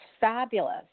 fabulous